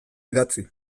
idatzi